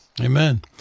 Amen